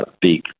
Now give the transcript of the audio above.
big